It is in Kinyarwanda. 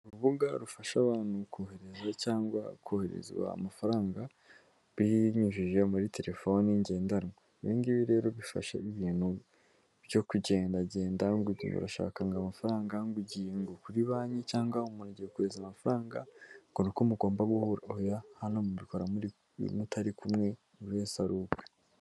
Urubuga rufasha abantu kohereza cyangwa kohererezwa amafaranga, binyujijwe muri telefoni ngendanwa, ibingibi rero bifasha ibintu byo kugendagenda ngo urashaka ngo amafaranga, ngo ugiye ngo kuri banki cyangwa mugiye kohereza amafaranga ,ngo ni uko mugomba guhura oya, hano mubikora mutari kumwe buri wese ari ukwe.